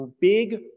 big